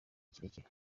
kirekire